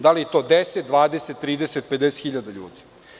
Da li je to 10, 20, 30, 50 hiljada ljudi?